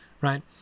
right